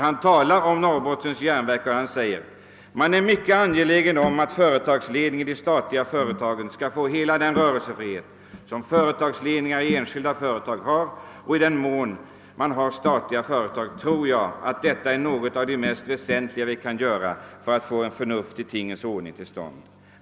Han sade bl.a. följande: »Man är mycket angelägen om att företagsledningarna i de statliga företagen skall få hela den rörelsefrihet, som företagsledningar i enskilda företag har, och i den mån man har statliga företag tror jag att detta är något av det mest väsentliga vi kan göra för att få en förnuftig tingens ordning till stånd.